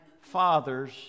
Father's